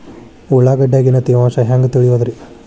ಉಳ್ಳಾಗಡ್ಯಾಗಿನ ತೇವಾಂಶ ಹ್ಯಾಂಗ್ ತಿಳಿಯೋದ್ರೇ?